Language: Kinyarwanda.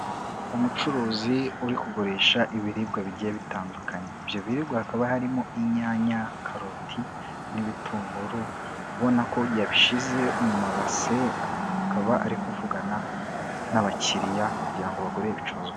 Umucuruzi uri kugurisha ibiribwa bigiye bitandukanye. Ibyo birirwa hakaba harimo inyanya, karoti n'ibitunguru ubona ko yabishize mu mabase akaba ari kuvugana n'abakiriya kugira ngo bagure ibicuruzwa.